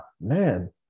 man